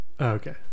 okay